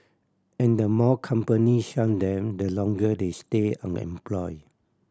and the more companies shun them the longer they stay unemployed